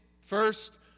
First